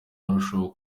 arushaho